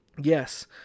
yes